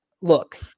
look